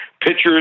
pitchers